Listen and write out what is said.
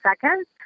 seconds